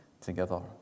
together